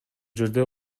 жерден